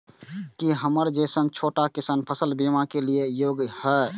की हमर जैसन छोटा किसान फसल बीमा के लिये योग्य हय?